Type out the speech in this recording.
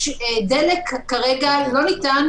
דלק - לא ניתן